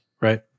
Right